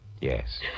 Yes